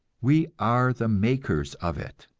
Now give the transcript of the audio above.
we are the makers of it,